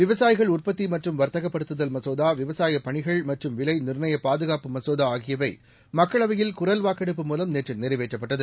விவசாயிகள் உற்பத்திமற்றும் வர்த்தகப் படுத்துதல் மசோதாவிவசாயபணிகள் மற்றும் விலைநிர்ணயபாதுகாப்பு மசோதாஆகியவைமக்களவையில் குரல் வாக்கெடுப்பு மூலம் நேற்றுநிறைவேற்றப்பட்டது